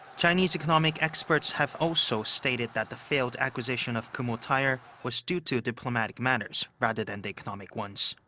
chinese economic experts have also stated that the failed acquisition of kumho tire was due to diplomatic matters rather than the economic ones.